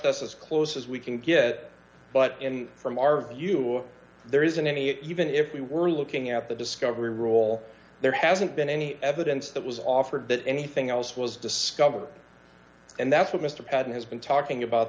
that's as close as we can get but in from our view there isn't any even if we were looking at the discovery roll there hasn't been any evidence that was offered that anything else was discovered and that's what mr patten has been talking about